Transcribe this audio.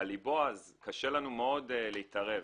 על ליבו, קשה לנו מאוד להתערב.